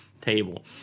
table